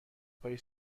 پای